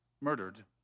murdered